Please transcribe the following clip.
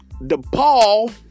DePaul